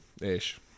Ish